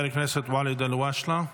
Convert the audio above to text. חבר הכנסת ואליד אלהואשלה,